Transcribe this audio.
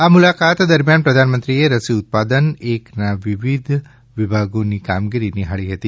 આ મુલાકાત દરમિયાન પ્રધાનમંત્રીએ રસી ઉત્પાદન એકના વિવિધ વિભાગોની કામગીરી નિહાળી હતી